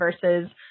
versus